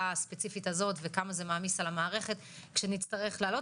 הזו וכמה זה מעמיס על המערכת שנצטרך להעלות.